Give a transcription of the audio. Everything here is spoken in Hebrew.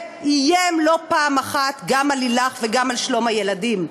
ואיים לא פעם אחת גם על לילך וגם על שלום הילדים.